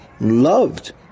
loved